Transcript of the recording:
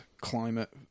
climate